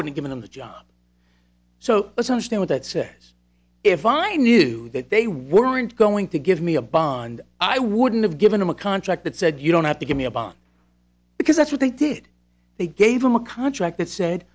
wouldn't give them the job so let's understand that says if i knew that they weren't going to give me a bond i wouldn't have given them a contract that said you don't have to give me a bond because that's what they did they gave him a contract that said